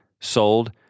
sold